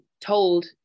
told